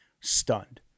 stunned